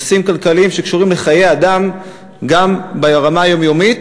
נושאים כלכליים שקשורים לחיי אדם גם ברמה יומיומית,